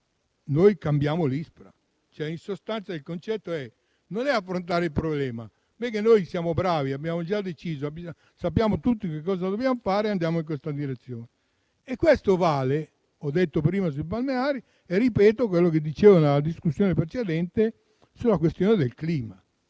fa? Cambia l'ISPRA. In sostanza, il concetto non è affrontare il problema, ma pensare: noi siamo bravi, abbiamo già deciso, sappiamo che cosa dobbiamo fare, quindi andiamo in questa direzione. Questo vale, come ho detto prima, sui balneari e - ripeto quello che dicevo nella discussione precedente - sulla questione del clima.